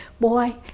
Boy